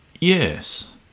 Yes